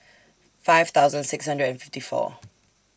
five thousand six hundred and fifty four